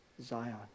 Zion